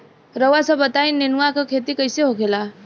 रउआ सभ बताई नेनुआ क खेती कईसे होखेला?